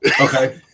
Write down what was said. okay